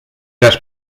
las